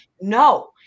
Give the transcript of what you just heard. No